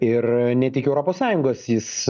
ir ne tik europos sąjungos jis